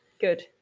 Good